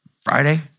Friday